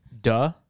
Duh